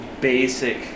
basic